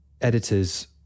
editors